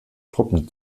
truppen